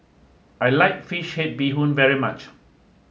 I like Fish Head Bee Hoon very much